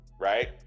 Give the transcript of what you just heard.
right